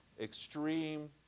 extreme